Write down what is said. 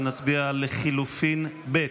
נצביע על לחלופין ב'